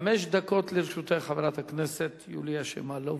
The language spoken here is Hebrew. חמש דקות לרשותך, חברת הכנסת יוליה שמאלוב.